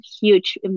huge